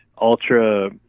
ultra